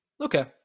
Okay